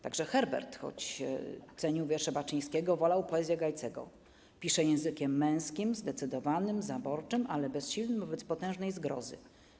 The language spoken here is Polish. Także Herbert, choć cenił wiersze Baczyńskiego, wolał poezję Gajcego: ˝Pisze językiem męskim, zdecydowanym, zaborczym, ale bezsilnym wobec potężnej zgrozy.